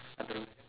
I don't know